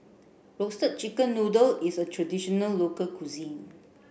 roasted chicken noodle is a traditional local cuisine